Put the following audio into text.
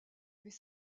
mais